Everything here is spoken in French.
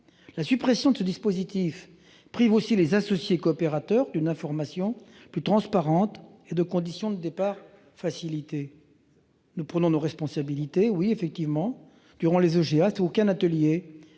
La suppression de ce dispositif prive aussi les associés-coopérateurs d'une information plus transparente et de conditions de départ facilitées. Nous prenons nos responsabilités. Oui, effectivement, durant les États généraux de